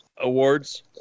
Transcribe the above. awards